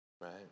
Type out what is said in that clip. Right